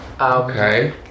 okay